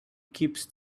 keeps